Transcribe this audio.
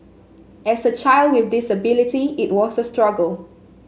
as a child with disability it was a struggle